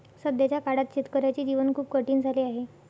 सध्याच्या काळात शेतकऱ्याचे जीवन खूप कठीण झाले आहे